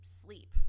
sleep